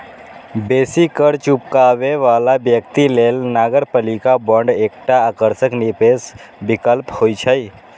बेसी कर चुकाबै बला व्यक्ति लेल नगरपालिका बांड एकटा आकर्षक निवेश विकल्प होइ छै